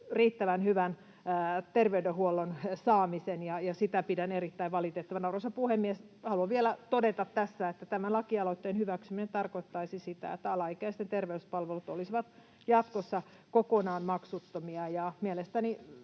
riittävän hyvän terveydenhuollon saamisen, ja sitä pidän erittäin valitettavana. Arvoisa puhemies! Haluan vielä todeta tässä, että tämän lakialoitteen hyväksyminen tarkoittaisi sitä, että alaikäisten terveyspalvelut olisivat jatkossa kokonaan maksuttomia.